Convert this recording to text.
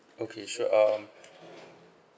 okay sure um